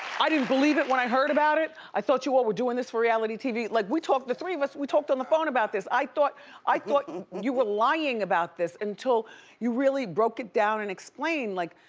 i didn't believe it when i heard about it. i thought you all were this for reality tv. like, we talked, the three of us, we talked on the phone about this. i thought i thought you you were lying about this until you really broke it down and explained, like,